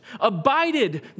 abided